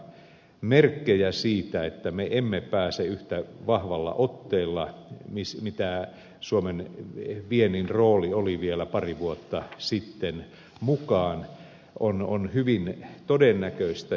merkit siitä että me emme pääse yhtä vahvalla otteella mukaan kuin suomen viennin rooli oli vielä pari vuotta sitten ovat hyvin todennäköisiä